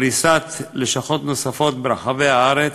פריסת לשכות נוספות ברחבי הארץ